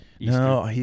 no